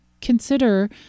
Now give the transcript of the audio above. consider